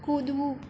કૂદવું